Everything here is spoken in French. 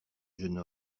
jeune